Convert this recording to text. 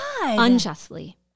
unjustly